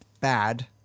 bad